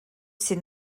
ses